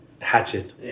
hatchet